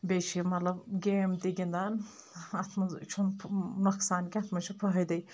بیٚیہِ چھُ یہِ مطلب گیم تہِ گنٛدان اتھ منٛز چھُنہٕ تۄقصان کینٛہہ اتھ منٛز چھُ فٲیدے